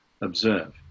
observe